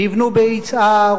בנו ביצהר,